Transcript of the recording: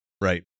right